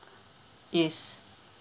yes